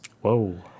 Whoa